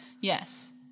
Yes